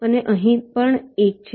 અને અહીં પણ 1 છે